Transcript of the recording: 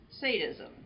sadism